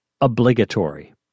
obligatory